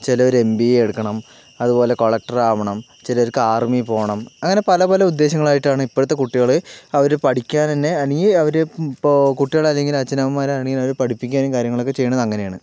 ചിലവർ M B A എടുക്കണം അതുപോലെ കളക്ടറാവണം ചിലർക്ക് ആർമ്മിയിൽപ്പോകണം അങ്ങനെ പല പല ഉദ്ദേശങ്ങളായിട്ടാണ് ഇപ്പോഴത്തെ കുട്ടികൾ അവർ പഠിക്കാൻ തന്നെ അല്ലെങ്കിൽ അവർ ഇപ്പോൾ കുട്ടികളല്ലെങ്കിൽ അച്ഛനമ്മമാരാണെങ്കിലും അവരെ പഠിപ്പിക്കാനും കാര്യങ്ങളൊക്കെ ചെയ്യണത് അങ്ങനെയാണ്